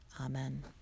Amen